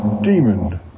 Demon